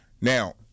Now